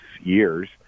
years